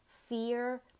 fear